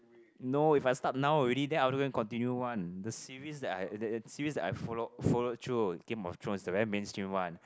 no if I start now already then I will do and continue one the series that I series that I followed followed through the very mainstream one